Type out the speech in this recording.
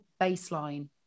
baseline